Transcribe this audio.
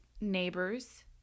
neighbors